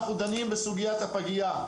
אנחנו דנים בסוגיית הפגייה,